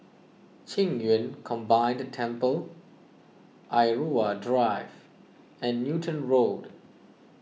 Qing Yun Combined Temple Irau Drive and Newton Road